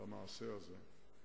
במעשה הזה.